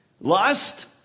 Lust